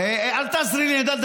אל תעזרי לי,